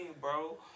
Bro